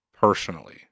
personally